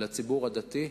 לציבור הדתי,